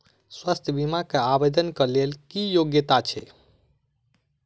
स्वास्थ्य बीमा केँ आवेदन कऽ लेल की योग्यता छै?